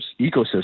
ecosystem